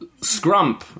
Scrump